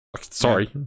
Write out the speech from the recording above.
Sorry